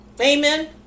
Amen